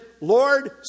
Lord